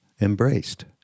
embraced